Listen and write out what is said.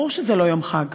ברור שזה לא יום חג.